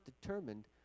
determined